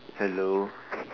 hello